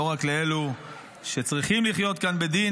לא רק לאלו שצריכים לחיות כאן בדין,